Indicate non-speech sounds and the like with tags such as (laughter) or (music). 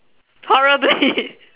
horribly (laughs)